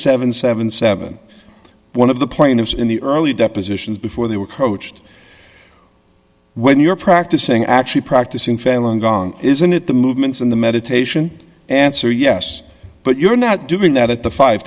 and seventy one of the plaintiffs in the early depositions before they were coached when you're practicing actually practicing failing gong isn't it the movements in the meditation answer yes but you're not doing that at the five